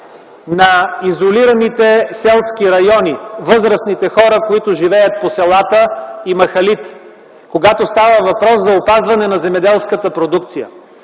на изолираните селски райони, на възрастните хора, които живеят по селата и махалите, когато става въпрос за опазване на земеделската продукция.